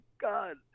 God